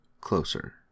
closer